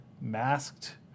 masked